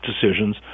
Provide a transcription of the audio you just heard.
decisions